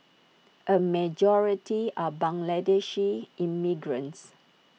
A majority are Bangladeshi immigrants